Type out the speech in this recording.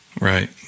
Right